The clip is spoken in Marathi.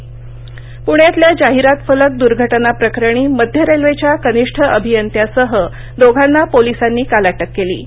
होर्डिंग पृण्यातल्या जाहिरात फलक दुर्घटना प्रकरणी मध्य रेल्वेच्या कनिष्ठ अभियंत्यासह दोघांना पोलिसांनी काल अटक केली